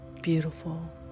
beautiful